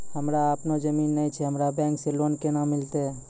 हमरा आपनौ जमीन नैय छै हमरा बैंक से लोन केना मिलतै?